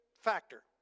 factor